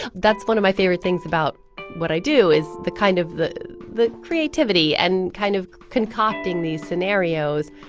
that's one of my favorite things about what i do, is the kind of the the creativity and kind of concocting these scenarios.